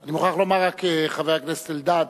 אני רק מוכרח לומר, חבר הכנסת אלדד,